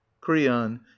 creon